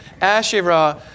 Asherah